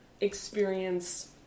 experience